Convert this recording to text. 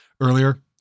earlier